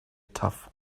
tough